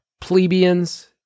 plebeians